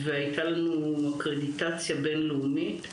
הייתה לנו קרדיטציה בינלאומית.